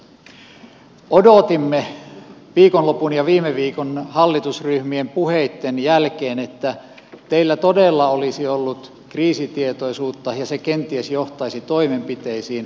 odotimme viikonlopun ja viime viikon hallitusryhmien puheitten jälkeen että teillä todella olisi ollut kriisitietoisuutta ja se kenties johtaisi toimenpiteisiin